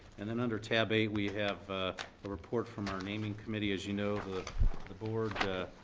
and and under tab eight we have a report from our naming committee. as you know the board